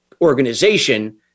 organization